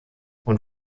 und